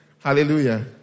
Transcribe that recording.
Hallelujah